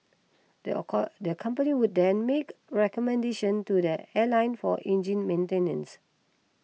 the the company would then make recommendation to the airline for engine maintenance